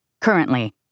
Currently